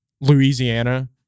louisiana